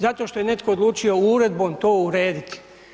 Zato što je netko odlučio uredbom to urediti.